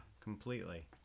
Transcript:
completely